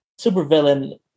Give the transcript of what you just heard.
supervillain